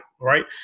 right